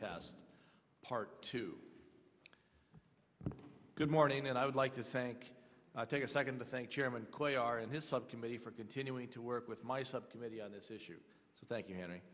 test part two good morning and i would like to thank take a second to thank chairman clay are in his subcommittee for continuing to work with my subcommittee on this issue so thank you